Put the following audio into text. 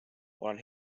olen